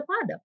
father